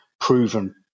proven